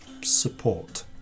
support